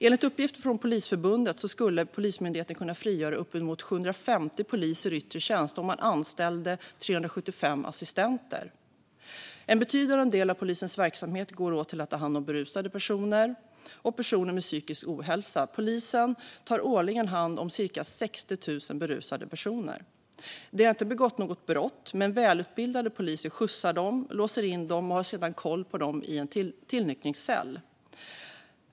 Enligt uppgifter från Polisförbundet skulle Polismyndigheten kunna frigöra uppemot 750 poliser i yttre tjänst om man anställde 375 assistenter. En betydande del av polisens verksamhet går åt till att ta hand om berusade personer och personer med psykisk ohälsa. Polisen tar årligen hand om cirka 60 000 berusade personer. De har inte begått något brott, men välutbildade poliser skjutsar dem, låser in dem och har sedan koll på dem i en tillnyktringscell.